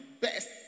best